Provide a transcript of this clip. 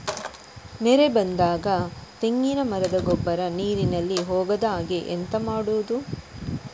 ನೆರೆ ಬಂದಾಗ ತೆಂಗಿನ ಮರದ ಗೊಬ್ಬರ ನೀರಿನಲ್ಲಿ ಹೋಗದ ಹಾಗೆ ಎಂತ ಮಾಡೋದು?